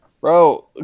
Bro